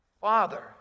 Father